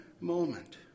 moment